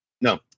No